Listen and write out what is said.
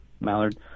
Mallard